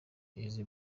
eazzy